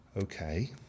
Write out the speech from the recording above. Okay